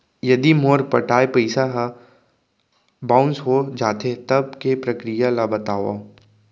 यदि मोर पटाय पइसा ह बाउंस हो जाथे, तब के प्रक्रिया ला बतावव